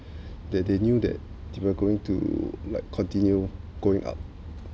that they knew that they were going to like continue going up